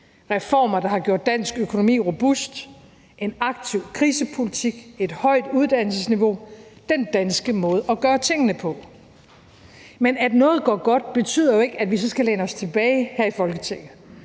reformer, der har gjort dansk økonomi robust, en aktiv krisepolitik, et højt uddannelsesniveau – den danske måde at gøre tingene på. Men at noget går godt, betyder jo ikke, at vi så skal læne os tilbage her i Folketinget.